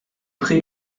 pré